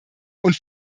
und